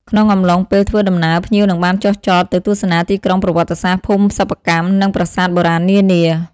ក្នុងអំឡុងពេលធ្វើដំណើរ ភ្ញៀវនឹងបានចុះចតទៅទស្សនាទីក្រុងប្រវត្តិសាស្ត្រ ភូមិសិប្បកម្ម និងប្រាសាទបុរាណនានា។